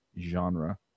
genre